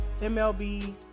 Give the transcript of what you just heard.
MLB